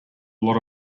lot